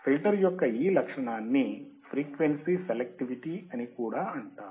filter యొక్క ఈ లక్షణాన్ని ఫ్రీక్వెన్సీ సెలెక్టివిటీ అని కూడా అంటారు